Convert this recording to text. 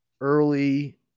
early